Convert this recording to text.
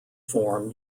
form